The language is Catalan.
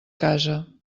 casa